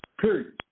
Period